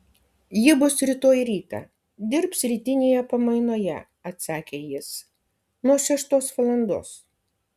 ji bus rytoj rytą dirbs rytinėje pamainoje atsakė jis nuo šeštos valandos